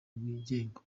wigenga